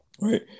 right